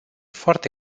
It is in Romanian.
foarte